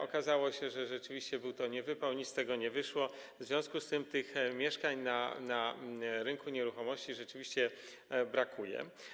Okazało się, że rzeczywiście był to niewypał, nic z tego nie wyszło, w związku z czym tych mieszkań na rynku nieruchomości rzeczywiście brakuje.